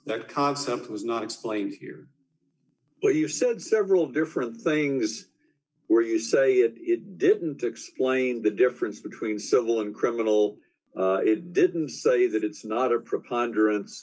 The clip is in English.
that concept was not explained here well you said several different things were you say that it didn't explain the difference between civil and criminal it didn't say that it's not a preponderance